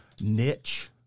niche